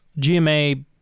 GMA